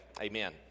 amen